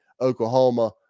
Oklahoma